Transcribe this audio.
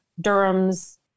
durham's